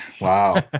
Wow